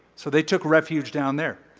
so they took refuge down there.